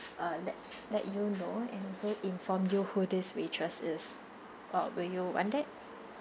uh let let you know and also inform you who this waitress is or would you want that